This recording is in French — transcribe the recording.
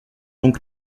donc